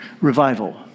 Revival